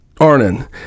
Arnon